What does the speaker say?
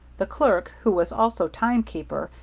the clerk, who was also timekeeper,